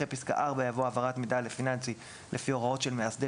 אחרי פסקה (4) יבוא: "(5)העברת מידע פיננסי לפי הוראות של מאסדר